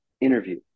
interview